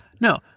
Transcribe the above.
No